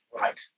Right